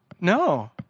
No